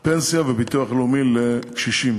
על פנסיה וביטוח לאומי לקשישים.